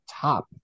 top